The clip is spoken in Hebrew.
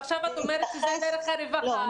ועכשיו את אומרת שזה דרך הרווחה,